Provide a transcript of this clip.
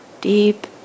deep